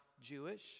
Jewish